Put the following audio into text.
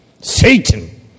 Satan